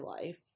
life